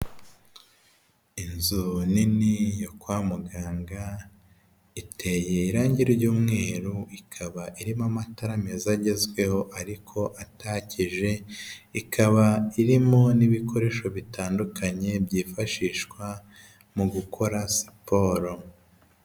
Inzu nini yo kwa muganga iteye irangi ry'umweru, ikaba irimo amatara meza agezweho ariko atakije, ikaba irimo n'ibikoresho bitandukanye byifashishwa mu gukora siporo.